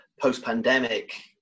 post-pandemic